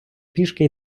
пішки